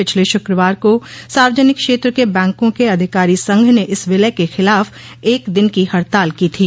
पिछले शुक्रवार को सार्वजनिक क्षेत्र के बैंकों के अधिकारी संघ ने इस विलय के खिलाफ एक दिन की हड़ताल की थी